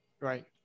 Right